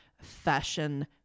Fashion